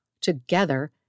Together